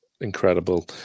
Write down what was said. incredible